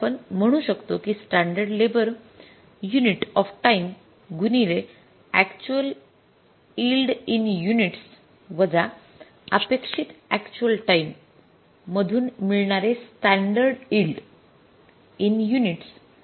येथे आपण म्हणू शकतो कि standard labour unit of time गुणिले अक्चुअल यील्ड इन युनिट्स वजा अपेक्षित अक्चुअल टाइम मधून मिळणारे स्टॅंडर्ड यील्ड इन युनिट्स